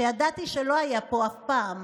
שידעתי שלא היה פה אף פעם.